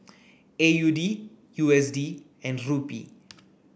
A U D U S D and Rupee